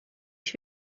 ich